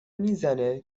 میزنه